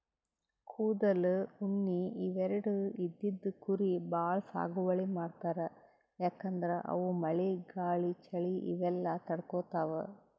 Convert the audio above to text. ಕೂದಲ್, ಉಣ್ಣಿ ಇವೆರಡು ಇದ್ದಿದ್ ಕುರಿ ಭಾಳ್ ಸಾಗುವಳಿ ಮಾಡ್ತರ್ ಯಾಕಂದ್ರ ಅವು ಮಳಿ ಗಾಳಿ ಚಳಿ ಇವೆಲ್ಲ ತಡ್ಕೊತಾವ್